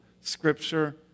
Scripture